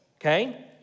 okay